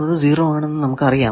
എന്നത് 0 ആണെന്ന് നമുക്കറിയാം